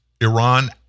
Iran